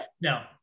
No